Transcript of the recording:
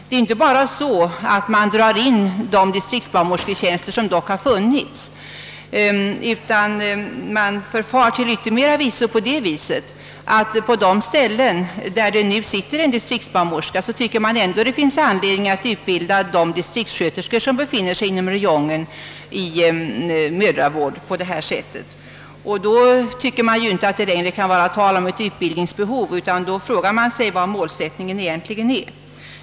Det är inte bara så att man drar in de distriktsbarnmorsketjänster som dock har funnits, utan man förfar till yttermera visso på det viset, att man på ställen, där det nu finns en distriktsbarnmorska, utbildar distriktssköterskor inom räjongen i mödravård. Då är det inte längre tal om ett utbildningsbehov, och man frågar sig vad målsättningen egentligen är.